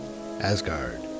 Asgard